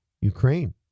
Ukraine